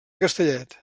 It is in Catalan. castellet